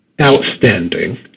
outstanding